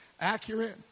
accurate